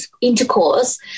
intercourse